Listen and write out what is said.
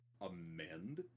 amend